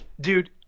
Dude